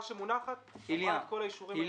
שמונחת עברה את כל האישורים הנדרשים.